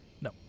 no